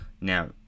Now